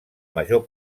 major